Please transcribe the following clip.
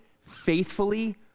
faithfully